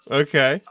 okay